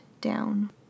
down